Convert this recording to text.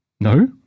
No